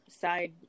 side